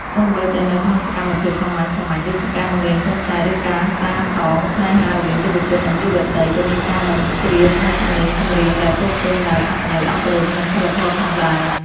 សូម្បីតែនៅក្នុងសកម្មភាពសាមញ្ញៗដូចជាការបង្រៀនកូនចៅ ឬការសាសងស្នេហារវាងយុវជន និងយុវតី ក៏មានការបញ្ជ្រាបនូវសំនៀងចម្រៀងដែលពោរពេញដោយអត្ថន័យអប់រំ និងសីលធម៌ផងដែរ។